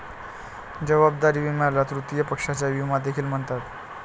जबाबदारी विम्याला तृतीय पक्षाचा विमा देखील म्हणतात